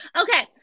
Okay